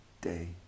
day